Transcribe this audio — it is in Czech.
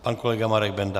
Pan kolega Marek Benda.